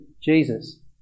Jesus